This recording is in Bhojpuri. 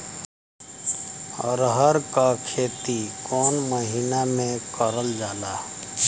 अरहर क खेती कवन महिना मे करल जाला?